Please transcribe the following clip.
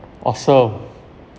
awesome